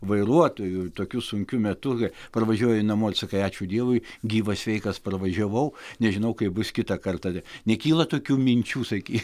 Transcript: vairuotojų tokiu sunkiu metu kai parvažiuoji namo ir sakai ačiū dievui gyvas sveikas parvažiavau nežinau kaip bus kitą kartą nekyla tokių minčių saky